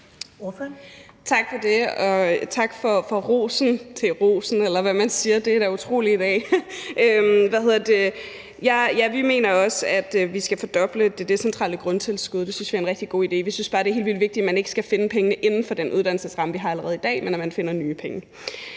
Tak for det. Og tak for rosen, til rosen, eller hvad man siger, det er da utroligt i dag. Vi mener også, at vi skal fordoble det decentrale grundtilskud. Det synes vi er en rigtig god idé. Vi synes bare, det er helt vildt vigtigt, at man ikke skal finde pengene inden for den uddannelsesramme, vi allerede har i dag, men at man finder nye penge.